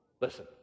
listen